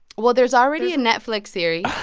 well, there's already a netflix series.